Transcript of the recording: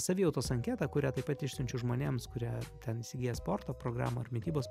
savijautos anketą kurią taip pat išsiunčiu žmonėms kurie ten įsigyja sporto programą ar mitybos